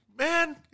Man